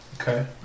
Okay